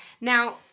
Now